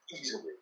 Easily